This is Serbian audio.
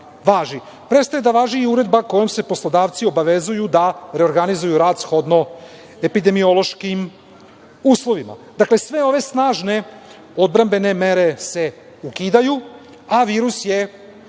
važe. Prestaje da važi i uredba kojom se poslodavci obavezuju da reorganizuju rad shodno epidemiološkim uslovima. Dakle, sve ove snažne odbrambene mere se ukidaju, a virus je